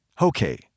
Okay